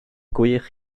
gwych